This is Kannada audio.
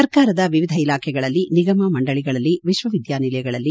ಸರ್ಕಾರದ ವಿವಿಧ ಇಲಾಖೆಗಳಲ್ಲಿ ನಿಗಮ ಮಂಡಳಿಗಳಲ್ಲಿ ವಿಶ್ವವಿದ್ಯಾನಿಲಯಗಳಲ್ಲಿ